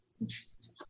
Interesting